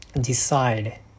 decide